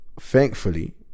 thankfully